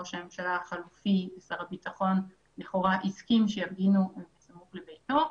שראש הממשלה החלופי ושר הביטחון לכאורה הסכים שיפגינו מול ביתו.